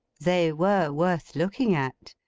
they were worth looking at.